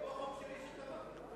מאיר, זה כמו החוק שלי שתמכת בו.